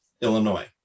Illinois